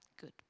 Good